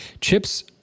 Chips